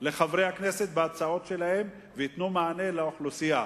לחברי הכנסת בהצעות שלהם וייתנו מענה לאוכלוסייה.